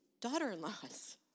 daughter-in-laws